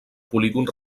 polígon